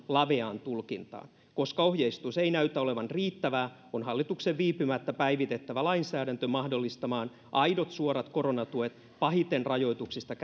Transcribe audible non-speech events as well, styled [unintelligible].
laveaan tulkintaan koska ohjeistus ei näytä olevan riittävää on hallituksen viipymättä päivitettävä lainsäädäntö mahdollistamaan aidot suorat koronatuet pahiten rajoituksista [unintelligible]